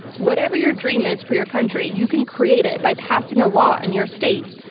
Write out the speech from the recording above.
whatever your dream is for your country, you can create it by passing a law in your state.